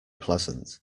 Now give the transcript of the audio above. pleasant